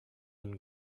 and